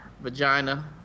vagina